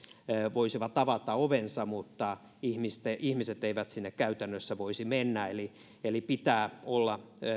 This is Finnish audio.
voisivat avata ovensa mutta ihmiset eivät sinne käytännössä voisi mennä eli eli pitää olla